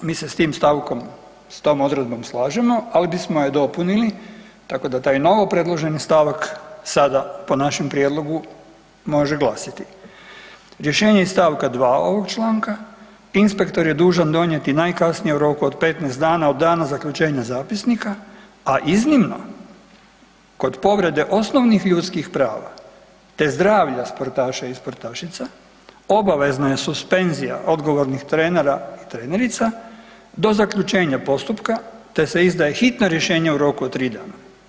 Mi se s tim stavkom, s tom odredbom slažemo, ali bismo je dopunili tako da taj novopredloženi stavak sada po našem prijedlogu može glasiti: „Rješenje iz st. 2. ovog članka inspektor je dužan donijeti najkasnije u roku od 15 dana od dana zaključenja zapisnika, a iznimno kod povrede osnovnih ljudskih prava, te zdravlja sportaša i sportašica obavezna je suspenzija odgovornih trenera i trenerica do zaključenja postupka, te se izdaje hitno rješenje u roku od 3 dana“